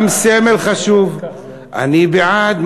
גם סמל חשוב, אני בעד.